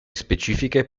specifiche